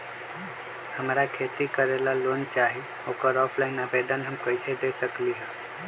हमरा खेती करेला लोन चाहि ओकर ऑफलाइन आवेदन हम कईसे दे सकलि ह?